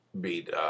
beat